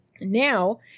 now